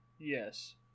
Yes